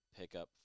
pickup